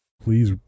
Please